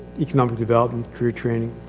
economic development through training.